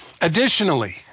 Additionally